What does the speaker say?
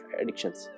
addictions